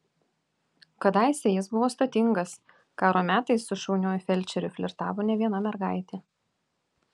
kadaise jis buvo stotingas karo metais su šauniuoju felčeriu flirtavo ne viena mergaitė